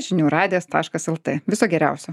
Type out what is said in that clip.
žinių radijas taškas el tė viso geriausio